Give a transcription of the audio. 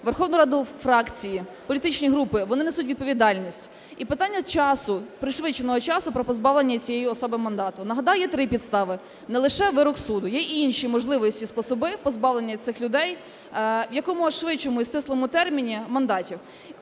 Верховну Раду фракції, політичні групи, вони несуть відповідальність. І питання часу, пришвидшеного часу про позбавлення цієї особи мандату. Нагадаю три підстави, не лише вирок суду, є і інші можливості, способи позбавлення цих людей в якомога швидшому і стислому терміні мандатів.